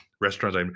restaurants